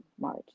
March